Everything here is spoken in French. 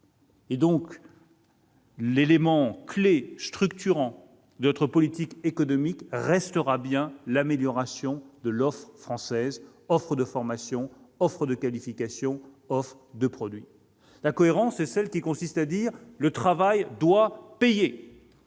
L'élément clé structurant de notre politique économique restera donc bien l'amélioration de l'offre française : offre de formations, offre de qualifications, offre de produits. La cohérence, cela consiste à dire que le travail doit payer !